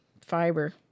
fiber